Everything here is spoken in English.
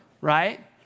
right